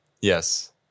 Yes